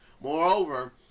Moreover